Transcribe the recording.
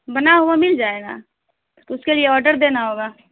بنا ہوا مل جائے گا اس کے لیے آڈر دینا ہوگا